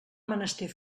menester